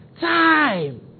Time